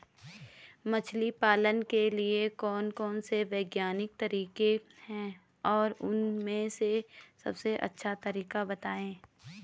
मछली पालन के लिए कौन कौन से वैज्ञानिक तरीके हैं और उन में से सबसे अच्छा तरीका बतायें?